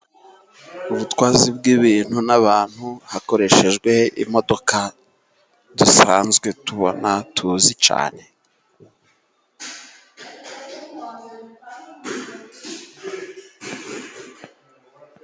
Ubutwazi bw'ibintu n'abantu, hakoreshejwe imodoka dusanzwe tubona tuzi cyane.